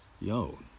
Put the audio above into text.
Yo